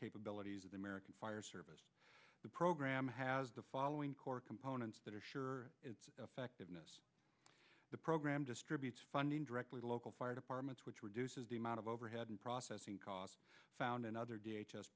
capabilities of the american fire service the program has the following core components that are sure affected the program distributes funding directly to local fire departments which reduces the amount of overhead and processing costs found another day chess